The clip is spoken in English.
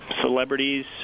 celebrities